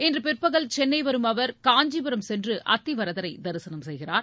இன்று பிற்பகல் சென்னை வரும் அவர் காஞ்சிபுரம் சென்று அத்திவரதரை தரிசனம் செய்கிறார்